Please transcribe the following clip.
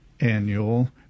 annual